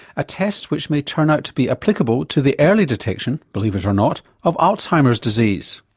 a test which may turn out to be applicable to the early detection, believe it or not, of alzheimer's disease.